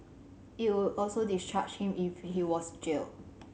it would also discharge him if he was jailed